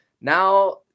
Now